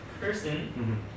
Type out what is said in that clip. person